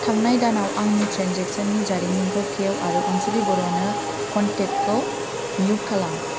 थांनाय दानाव आंनि ट्रेन्जेकसननि जारिमिनखौ खेव आरो अनसुलि बर'नो कनटेक्टखौ मिउट खालाम